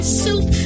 soup